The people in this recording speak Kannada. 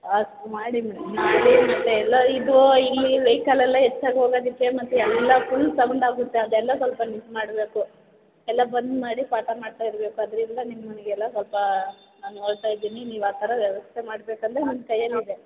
ಅಷ್ಟು ಮಾಡಿ ಮೇಡಮ್ ಮತ್ತು ಎಲ್ಲ ಇದು ಈ ವೇಕಲೆಲ್ಲ ಹೆಚ್ಚಾಗಿ ಹೋಗೋದಕ್ಕೆ ಮತ್ತು ಎಲ್ಲ ಫುಲ್ ಸೌಂಡಾಗುತ್ತೆ ಅದೆಲ್ಲ ಸ್ವಲ್ಪ ನಿಂತು ಮಾಡಬೇಕು ಎಲ್ಲ ಬಂದು ಮಾಡಿ ಪಾಠ ಮಾಡ್ತಾ ಇರ್ಬೇಕು ಅದರಿಂದ ನಿಮಗೆಲ್ಲ ಸ್ವಲ್ಪ ನಾನು ಹೇಳ್ತಾ ಇದ್ದೀನಿ ನೀವು ಆ ಥರ ವ್ಯವಸ್ಥೆ ಮಾಡಬೇಕಂದ್ರೆ ನಿಮ್ಮ ಕೈಯಲಿದೆ